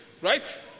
right